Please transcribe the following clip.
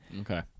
Okay